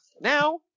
Now